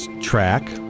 track